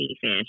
fish